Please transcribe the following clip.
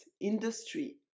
industry